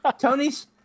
tony's